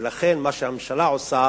ולכן מה שהממשלה עושה,